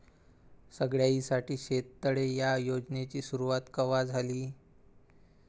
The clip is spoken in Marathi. सगळ्याइसाठी शेततळे ह्या योजनेची सुरुवात कवा झाली?